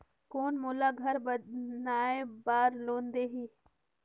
कौन मोला घर बनाय बार लोन देही?